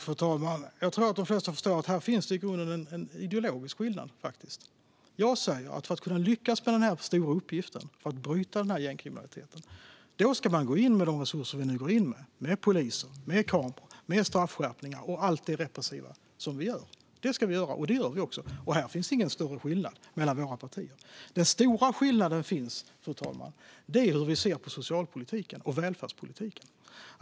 Fru talman! Jag tror att de flesta förstår att här finns en i grunden ideologisk skillnad. Jag säger att för att kunna lyckas med den stora uppgiften att bryta gängkriminaliteten ska man gå in med de resurser som vi går in med: med poliser, med krav och med straffskärpningar och allt det repressiva som vi gör. Det ska vi göra, och det gör vi också. Och här finns ingen större skillnad mellan våra partier. Den stora skillnaden, fru talman, är hur vi ser på socialpolitiken och välfärdspolitiken.